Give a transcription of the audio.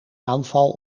aanval